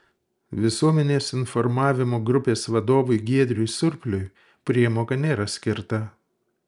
visuomenės informavimo grupės vadovui giedriui surpliui priemoka nėra skirta